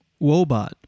Wobot